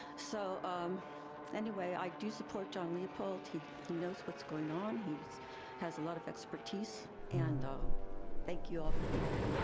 so um anyway, i do support john leopold. he knows what's going on. he has a lot of expertise, and um thank you all for being here.